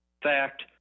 fact